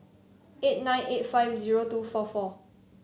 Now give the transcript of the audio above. eight nine eight five zero two four four